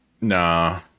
Nah